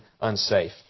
unsafe